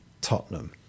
Tottenham